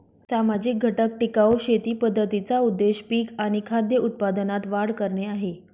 सामाजिक घटक टिकाऊ शेती पद्धतींचा उद्देश पिक आणि खाद्य उत्पादनात वाढ करणे आहे